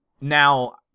Now